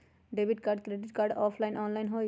Debit card credit card offline online होई?